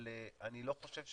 אבל אני לא חושב,